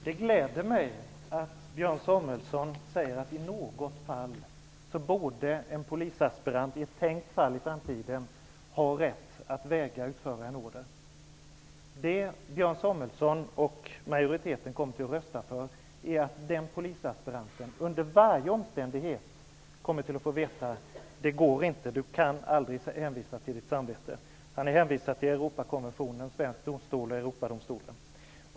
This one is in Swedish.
Herr talman! Det gläder mig att Björn Samuelson säger att i ett tänkt läge i framtiden borde en polisaspirant ha rätt att vägra att utföra en order. Det Björn Samuelson och majoriteten kommer att rösta för är att den polisaspiranten under varje omständighet kommer att få veta att denne aldrig kommer att kunna hänvisa till sitt samvete. Han hänvisas till Europakonventionen, svensk domstol och Europadomstolen.